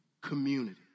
community